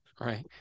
right